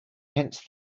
hence